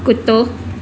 कुतो